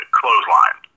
clothesline